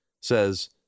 says